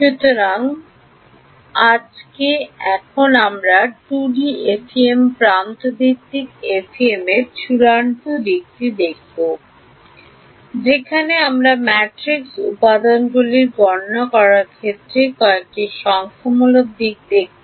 সুতরাং আজকে এখন আমরা 2D FEM প্রান্ত ভিত্তিক FEM এর চূড়ান্ত দিকটি দেখব যেখানে আমরা ম্যাট্রিক্স উপাদানগুলির গণনা করার ক্ষেত্রে কয়েকটি সংখ্যামূলক দিক দেখব